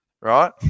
right